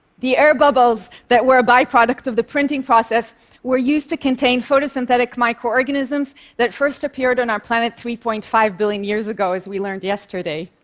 the air bubbles that were a byproduct of the printing process were used to contain photosynthetic microorganisms that first appeared on our planet three point five billion year year ago, as we learned yesterday.